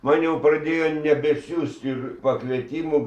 man jau pradėjo nebesiųsti ir pakvietimų